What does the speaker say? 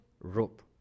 rope